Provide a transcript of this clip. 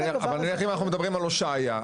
אבל אם אנחנו מדברים על הושעיה,